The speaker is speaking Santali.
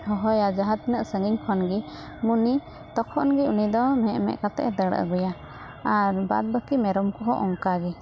ᱦᱚᱦᱚᱭᱟ ᱡᱟᱦᱟᱸ ᱛᱤᱱᱟᱹᱜ ᱥᱟᱺᱜᱤᱧ ᱠᱷᱚᱱ ᱜᱮ ᱢᱚᱱᱤ ᱛᱚᱠᱷᱚᱱ ᱜᱮ ᱩᱱᱤ ᱫᱚ ᱢᱮᱜ ᱢᱮᱜ ᱠᱟᱛᱮᱫ ᱮ ᱫᱟᱹᱲ ᱟᱹᱜᱩᱭᱟ ᱟᱨ ᱵᱟᱫ ᱵᱟᱹᱠᱤ ᱢᱮᱨᱚᱢ ᱠᱚᱦᱚᱸ ᱚᱱᱠᱟ ᱜᱮ